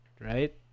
right